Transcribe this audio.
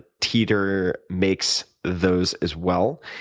teeter makes those, as well,